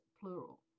plural